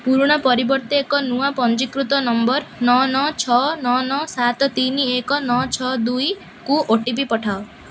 ପୁରୁଣା ପରିବର୍ତ୍ତେ ଏକ ନୂଆ ପଞ୍ଜୀକୃତ ନମ୍ବର ନଅ ନଅ ଛଅ ନଅ ନଅ ସାତ ତିନି ଏକ୍ ନଅ ଛଅ ଦୁଇ କୁ ଓ ଟି ପି ପଠାଅ